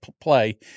play